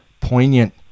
poignant